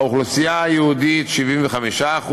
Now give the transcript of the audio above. באוכלוסייה היהודית, 75%,